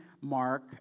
Mark